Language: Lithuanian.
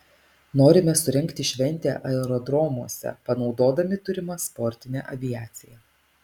norime surengti šventę aerodromuose panaudodami turimą sportinę aviaciją